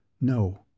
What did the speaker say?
No